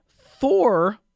Thor